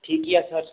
ठीक यऽ सर